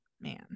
man